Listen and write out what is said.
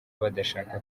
badashaka